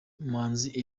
umuhanzi